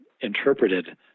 interpreted